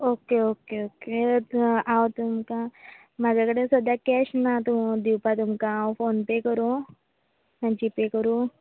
okay okay okay हांव तुमकां म्हज्या कडेन सद्या केश नात दिवपाक तुमकां हांव फोन पे करूं ना जी पे करूं